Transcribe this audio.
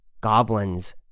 goblins